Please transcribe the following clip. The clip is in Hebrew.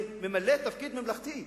זה ממלא תפקיד ממלכתי,